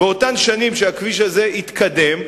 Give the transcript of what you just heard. באותן שנים שהכביש הזה התקדם,